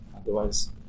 otherwise